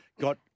got